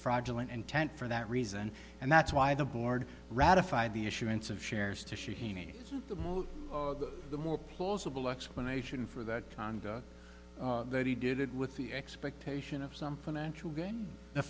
fraudulent intent for that reason and that's why the board ratified the issuance of shares to she he made the more plausible explanation for that he did it with the expectation of some financial gain the